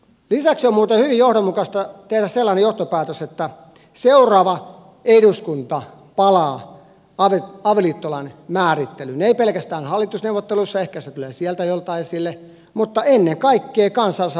lisäksi on muuten hyvin johdonmukaista tehdä sellainen johtopäätös että seuraava eduskunta palaa avioliittolain määrittelyyn ei pelkästään hallitusneuvotteluissa ehkä se tulee siellä joltain esille vaan ennen kaikkea kansalaisaloitteen muodossa